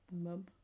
mum